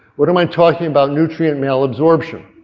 what am i talking about nutrient malabsorption.